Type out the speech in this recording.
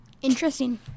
Interesting